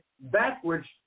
backwards